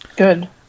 Good